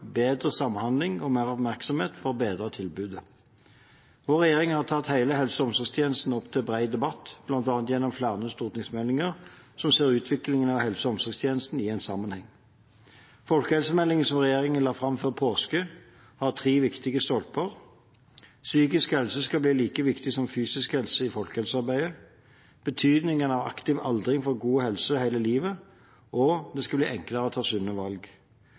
bedre samhandling og mer oppmerksomhet for å bedre tilbudet. Vår regjering har tatt hele helse- og omsorgstjenesten opp til bred debatt, bl.a. gjennom flere stortingsmeldinger som ser utviklingen av helse- og omsorgstjenesten i en sammenheng. Folkehelsemeldingen som regjeringen la fram før påske, har tre viktige stolper: Psykisk helse skal bli like viktig som fysisk helse i folkehelsearbeidet, betydningen av aktiv aldring for god helse hele livet, og det skal bli enklere å ta sunne valg.